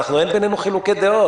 אין בינינו חילוקי דעות.